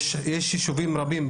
יש יישובים רבים,